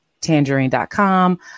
tangerine.com